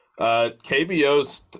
KBOs